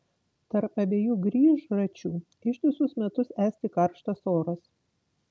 tarp abiejų grįžračių ištisus metus esti karštas oras